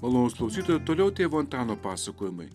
malonūs klausytojai toliau tėvo antano pasakojimai